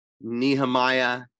Nehemiah